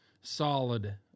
solid